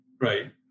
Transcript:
right